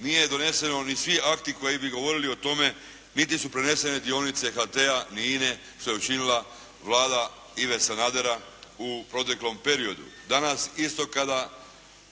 Nije doneseno ni svi akti koji bi govorili o tome niti su prenesene dionice HT-a ni Ine što je učinila Vlada Ive Sanadera u proteklom periodu. Danas isto kada